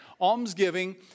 Almsgiving